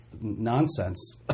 nonsense